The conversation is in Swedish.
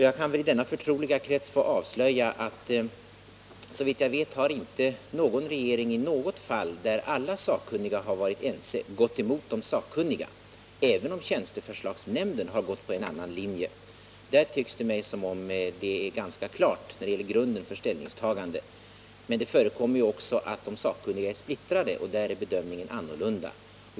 Jag kan väl i denna förtroliga krets få avslöja att såvitt jag vet inte någon regering i ett enda fall, där alla sakkunniga varit ense, gått emot de sakkunniga, även om tjänsteförslagsnämnden har följt en annan linje. Därvidlag synes mig grunden för ställningstagandena vara ganska klar. Men det förekommer också att de sakkunniga är splittrade, och i de fallen är bedömningen annorlunda.